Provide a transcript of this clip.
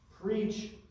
preach